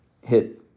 Hit